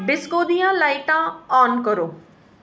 disco दियां लाइटां on करो